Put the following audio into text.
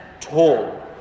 tall